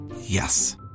Yes